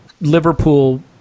Liverpool